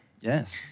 Yes